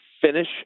finish